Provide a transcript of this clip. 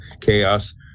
chaos